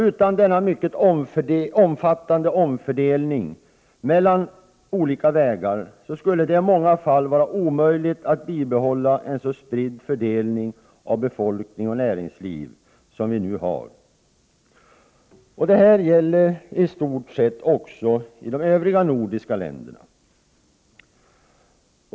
Utan denna mycket omfattande omfördelning mellan olika vägar skulle det i många fall vara omöjligt att bibehålla en så spridd fördelning av befolkning och näringsliv som Sverige nu har. I stort sett gäller detta även övriga nordiska länder.